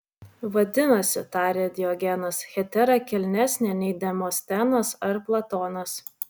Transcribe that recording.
vadinasi tarė diogenas hetera kilnesnė nei demostenas ar platonas